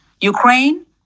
Ukraine